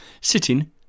sitting